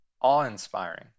awe-inspiring